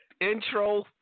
intro